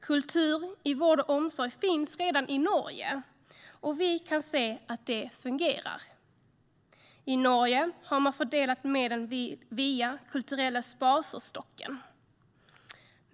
Kultur i vård och omsorg finns redan i Norge, och vi kan se att det fungerar. I Norge har man fördelat medel via Den kulturelle spaserstokken.